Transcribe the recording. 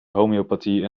homeopathie